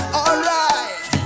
alright